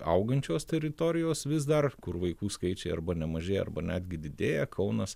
augančios teritorijos vis dar kur vaikų skaičiai arba nemažėja arba netgi didėja kaunas